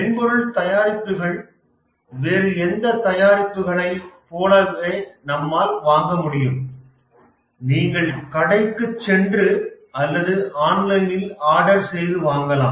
மென்பொருள் தயாரிப்புகள் வேறு எந்த தயாரிப்புகளை போலவே நம்மால் வாங்க முடியும் நீங்கள் கடைக்குச் சென்று அல்லது ஆன்லைனில் ஆர்டர் செய்தும் வாங்கலாம்